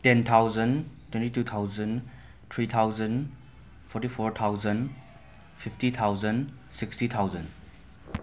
ten thousand twenty two thousand three thousand forty four thousand fifty thousand sixty thousand